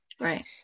right